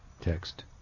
text